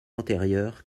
antérieur